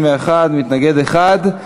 בעד, 61, מתנגד אחד.